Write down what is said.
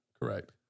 Correct